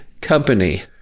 company